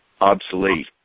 obsolete